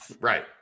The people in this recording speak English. Right